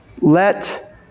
Let